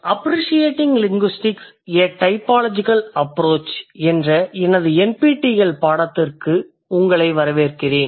appreciating linguistics a typological approach என்ற எனது NPTEL பாடத்திற்கு வரவேற்கிறேன்